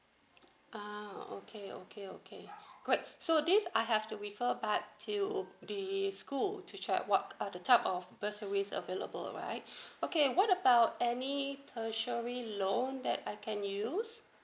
uh okay okay okay great so this I have to refer back to the school to check what are the type of bursaries available right okay what about any tertiary loan that I can use